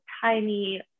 tiny